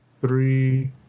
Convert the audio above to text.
three